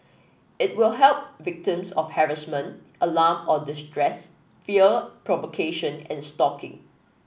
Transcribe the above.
it will help victims of harassment alarm or distress fear provocation and stalking